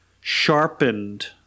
sharpened